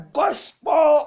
gospel